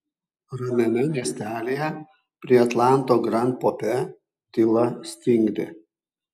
ramiame miestelyje prie atlanto grand pope tyla stingdė